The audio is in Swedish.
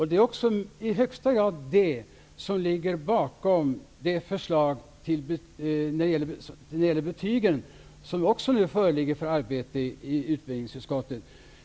Det är också i högsta grad det som ligger bakom det betygsförslag som nu föreligger för behandling i utbildningsutskottet.